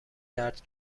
درد